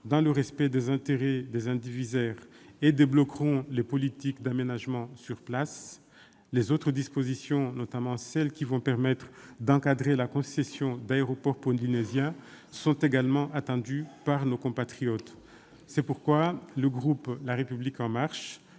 dans le respect des intérêts des indivisaires et de débloquer les politiques d'aménagement sur place. Les autres dispositions, notamment celles qui vont permettre d'encadrer la concession d'aéroports polynésiens, sont également attendues par nos compatriotes du Pacifique. Le groupe La République En Marche